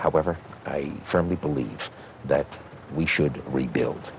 however i firmly believe that we should rebuild